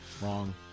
Wrong